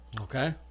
Okay